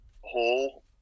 whole